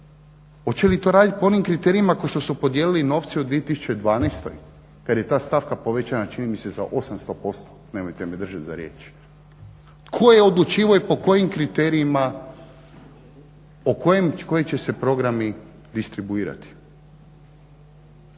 Oče li to raditi po onim kriterijima kao što su podijelili novce u 2012. kad je ta stavka povećana čini mi se za 800% nemojte me držati za riječ. Tko je odlučivao i po kojim kriterijima koji će se programi distribuirati.